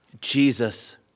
Jesus